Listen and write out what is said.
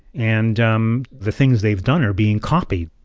and um the things they've done are being copied